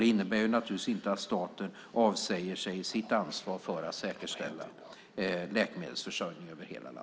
Det innebär naturligtvis inte att staten avsäger sig sitt ansvar för att säkerställa läkemedelsförsörjning över hela landet.